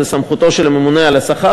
זה בסמכותו של הממונה על השכר.